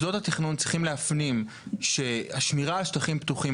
מוסדות התכנון צריכים להפנים שהשמירה על שטחים פתוחים,